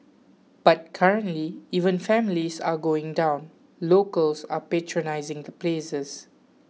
but currently even families are going down locals are patronising the places